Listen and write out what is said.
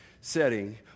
setting